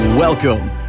Welcome